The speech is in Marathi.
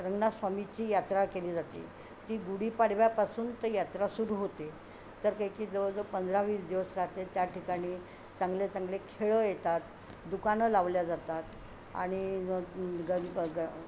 रंगनाथस्वामीची यात्रा केली जाते ती गुढीपाडव्यापासून त यात्रा सुरू होते तर काही काही जवळजवळ पंधरा वीस दिवस राहते त्या ठिकाणी चांगले चांगले खेळं येतात दुकानं लावल्या जातात आणि मग ग